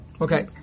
Okay